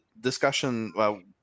discussion